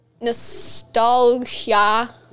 Nostalgia